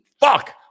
Fuck